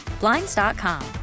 Blinds.com